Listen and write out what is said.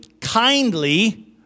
kindly